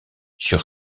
sur